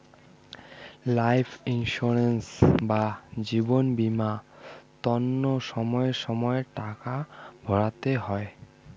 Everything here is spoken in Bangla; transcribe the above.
লাইফ ইন্সুরেন্স বা জীবন বীমার তন্ন সময়ে সময়ে টাকা ভরতে হই